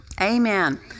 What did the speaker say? Amen